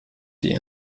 die